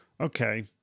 Okay